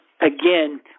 again